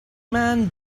man